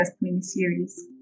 mini-series